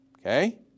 Okay